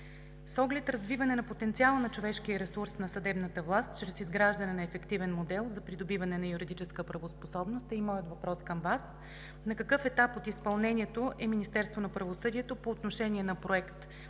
С оглед развиване на потенциала на човешкия ресурс на съдебната власт чрез изграждане на ефективен модел за придобиване на юридическа правоспособност е и моят въпрос към Вас: на какъв етап от изпълнението е Министерството на правосъдието по отношение на Проект